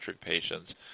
patients